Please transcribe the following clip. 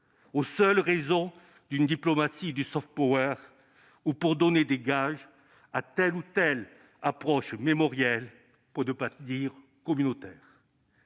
aux seules raisons d'une diplomatie du ou pour donner des gages à telle ou telle approche mémorielle, pour ne pas dire communautaire.